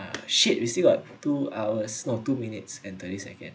shit we still got two hours no two minutes and thirty second